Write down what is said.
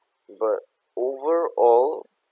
but over all